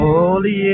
Holy